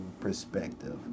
perspective